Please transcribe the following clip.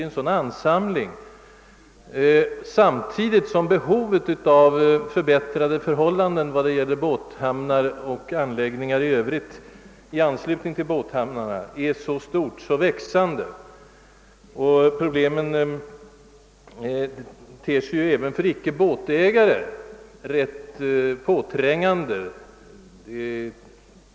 En sådan medelsansamling samtidigt som behovet av förbättring och nyanläggning av båthamnar för fritidsbåtar och olika serviceanläggningar i anslutning till sådana hamnar är så stort och växande, är ej rimlig. Problemen ter sig ju även för ickebåtägare rätt påträngande.